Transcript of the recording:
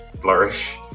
flourish